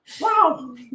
wow